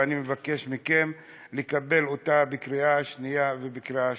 ואני מבקש מכם לקבל אותה בקריאה שנייה ובקריאה שלישית.